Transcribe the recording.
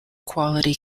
quality